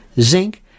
zinc